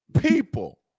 people